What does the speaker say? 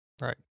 Right